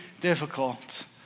difficult